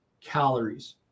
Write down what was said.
calories